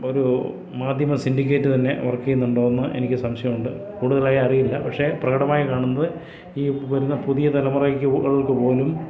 ഒരു മാധ്യമ സിൻഡിക്കേറ്റ് തന്നെ വർക്ക് ചെയ്യുന്നുണ്ടോയെന്ന് എനിക്ക് സംശയം ഉണ്ട് കൂടുതലായി അറിയില്ല പക്ഷെ പ്രകടമായി കാണുന്നത് ഈ വരുന്ന പുതിയ തലമുറക്ക് പോലും